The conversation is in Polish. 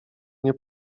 nie